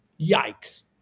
Yikes